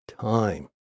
time